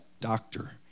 doctor